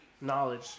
knowledge